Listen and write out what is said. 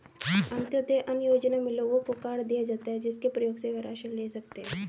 अंत्योदय अन्न योजना में लोगों को कार्ड दिए जाता है, जिसके प्रयोग से वह राशन ले सकते है